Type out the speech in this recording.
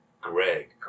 Greg